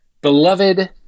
beloved